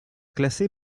classée